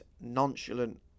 nonchalant